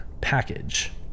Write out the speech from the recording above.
package